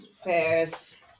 fairs